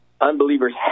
unbelievers